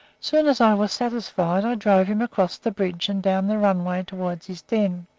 soon as i was satisfied i drove him across the bridge and down the runway toward his den.